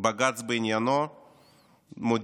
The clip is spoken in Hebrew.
בג"ץ בעניינו מודיע: